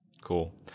Cool